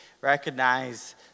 recognize